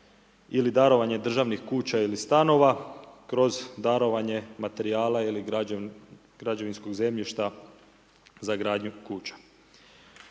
ili darovanje državnih kuća ili stanova kroz darovanje materijala ili građevinskog zemljišta za gradnju kuća